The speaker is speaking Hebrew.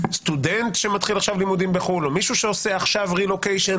סטודנט שמתחיל עכשיו לימודים בחוץ לארץ או מישהו שעושה עכשיו רילוקיישן,